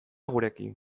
gurekin